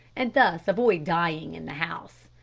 and thus avoid dying in the house.